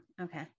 okay